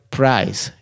price